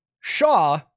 Shaw